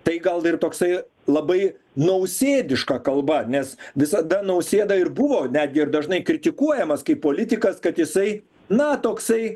tai gal ir toksai labai nausėdiška kalba nes visada nausėda ir buvo netgi ir dažnai kritikuojamas kaip politikas kad jisai na toksai